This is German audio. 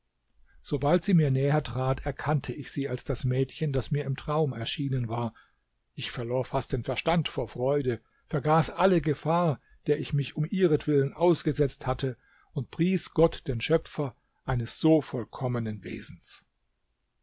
sobald sie mir näher trat erkannte ich sie als das mädchen das mir im traum erschienen war ich verlor fast den verstand vor freude vergaß alle gefahr der ich mich um ihretwillen ausgesetzt hatte und pries gott den schöpfer eines so vollkommenen wesens